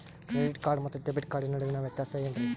Credit card ಮತ್ತು debit card ನಡುವಿನ ವ್ಯತ್ಯಾಸ ವೇನ್ರೀ?